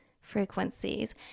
frequencies